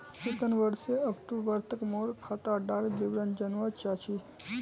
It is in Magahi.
सितंबर से अक्टूबर तक मोर खाता डार विवरण जानवा चाहची?